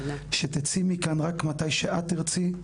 שתצאי מכאן רק מתי שאת תרצי,